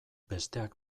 besteak